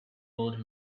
old